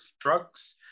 drugs